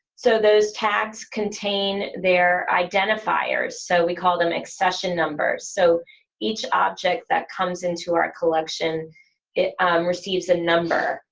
so those tags contain their identifiers, so we call them excision numbers. so each object that comes into our collection it receives a number,